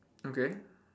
okay